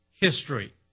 history